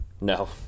No